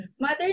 Mother